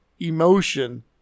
emotion